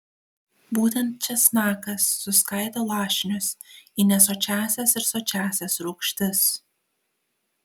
būtent česnakas suskaido lašinius į nesočiąsias ir sočiąsias rūgštis